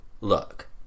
look